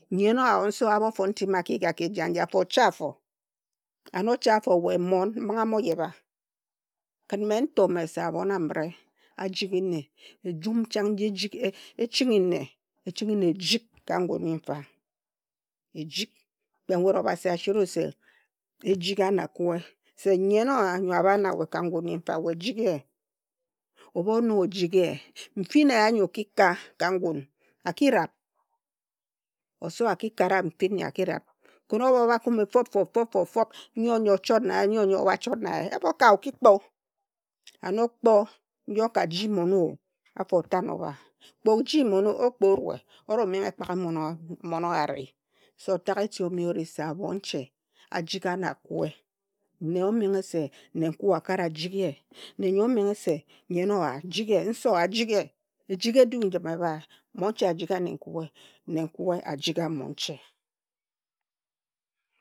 Nnyen owa or nse owa a mo fon nti mma a ki yigi wa ka eji aji afo, ocha afo, and ocha afo, we mmon, mbinghe a mo yebha. Me nto me se abhon a mire ajighi nne. Ejum chang nji echinghi nne, ejinghi na ejik ka ngun nyi fa. Ejik, kpe nwet Obhasi asi wut se ejighi enakue. Se nyen owa nyo abha na we ka ngun nyifa we jighi ye. Ebhu o nog ojighi ye, mfin eya nyi oki ka ka ngun a ki rab. Osowa a ki kara mfin nyi a ki rab. Khin obha o bha kume fob, fob, fob, fob, fob, nyo nyo ochot na ye, nyo nyo abha ochot na ye, ebho ka o ki kpo. And okpo nji o ka ji mmon o, afo otan obha. Kpe oji mmon o, okpo orue, oro menghe ekpak mmon owa ari. Se otag eti ome ori se abhonche ajighi anakue. Nne omenghe se nankue akara jighi ye. Nne yo omenghe se nyen owa jighi ye, nse owa jighi ye. Ejik edu njim ebhae. Monche ajigha nenkue, nenkue a jigha monche.